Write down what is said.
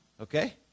Okay